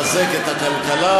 לחזק את הכלכלה,